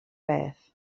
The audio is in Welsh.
beth